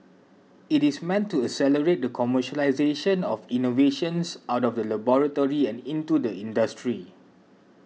it is meant to accelerate the commercialisation of innovations out of the laboratory and into the industry